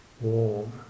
warm